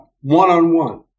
one-on-one